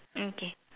okay